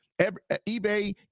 eBay